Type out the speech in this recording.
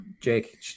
Jake